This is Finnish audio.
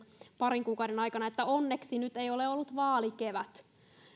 parin kuukauden aikana että onneksi nyt ei ole ollut vaalikevät